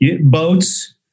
Boats